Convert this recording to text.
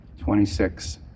26